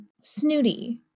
snooty